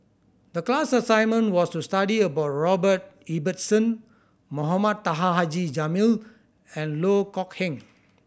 the class assignment was to study about Robert Ibbetson Mohamed Taha Haji Jamil and Loh Kok Heng